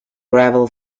gravel